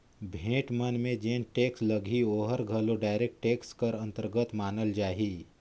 भेंट मन में जेन टेक्स लगही ओहर घलो डायरेक्ट टेक्स कर अंतरगत मानल जाही